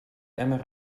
emmer